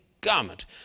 garment